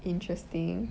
interesting